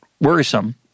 worrisome